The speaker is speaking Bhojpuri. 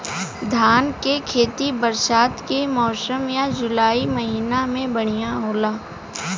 धान के खेती बरसात के मौसम या जुलाई महीना में बढ़ियां होला?